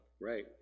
Right